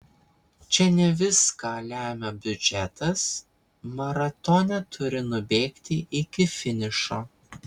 čia ne viską lemia biudžetas maratone turi nubėgti iki finišo